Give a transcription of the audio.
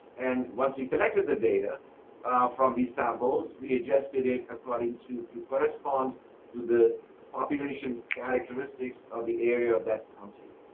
and once you collected the data from the samples. we adjusted it according to to correspond to the population characteristics of the area of that county.